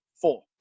four